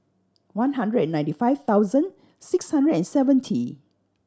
one hundred and ninety five thousand six hundred and seventy